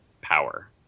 power